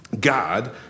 God